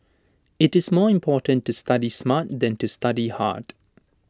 IT is more important to study smart than to study hard